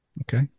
Okay